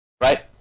right